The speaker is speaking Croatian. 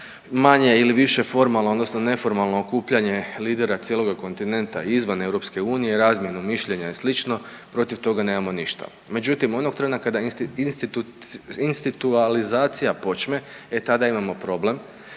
manje ili više formalno odnosno neformalno okupljanje lidera cijeloga kontinenta izvan EU i razmjenu mišljenja i sl. protiv toga nemamo ništa. Međutim, onog trena kada institucionalizacija počne, e tada imamo problem